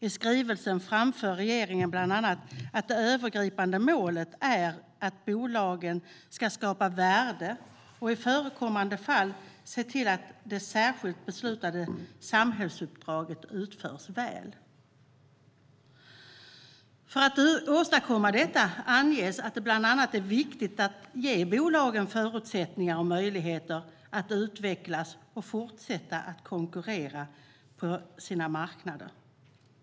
I skrivelsen framför regeringen bland annat att det övergripande målet är att bolagen ska skapa värde och i förekommande fall se till att de särskilt beslutade samhällsuppdragen utförs väl. För att åstadkomma detta anges att det bland annat är viktigt att ge bolagen förutsättningar och möjligheter att utvecklas och fortsätta att konkurrera på sina marknader.